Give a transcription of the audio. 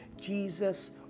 Jesus